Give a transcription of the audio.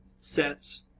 sets